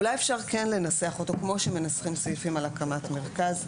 אולי אפשר כן לנסח אותו כמו שמנסחים סעיפים על הקמת מרכז,